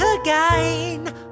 again